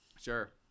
Sure